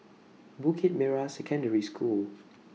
Bukit Merah Secondary School